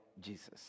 Jesus